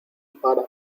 para